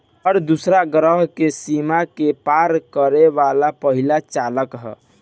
हर दूसरा ग्रह के सीमा के पार करे वाला पहिला चालक ह